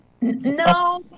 No